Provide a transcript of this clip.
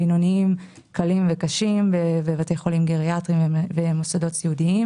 בינוניים וקשים בבתי חולים גריאטריים ומוסדות סיעודיים.